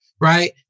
right